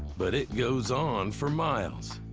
but it goes on for miles,